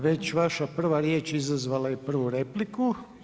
Već vaša prva riječ izazvala je prvu repliku.